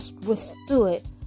withstood